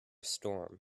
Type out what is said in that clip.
storm